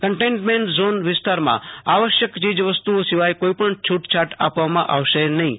containment zone વિસ્તારમાં આવશ્યક ચીજ વસ્તુઓ સિવાય કોઈ પણ છૂટછાટ આપવામાં આવશે નફીં